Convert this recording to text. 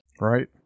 Right